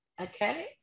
Okay